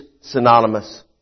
synonymous